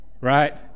right